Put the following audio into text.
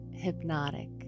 hypnotic